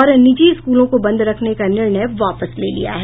और निजी स्कूलों को बंद रखने का निर्णय वापस ले लिया है